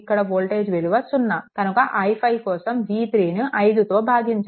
ఇక్కడ వోల్టేజ్ విలువ 0 కనుక i5 కోసం v3 ను 5తో భాగించాలి